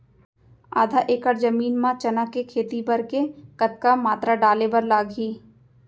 आधा एकड़ जमीन मा चना के खेती बर के कतका मात्रा डाले बर लागही?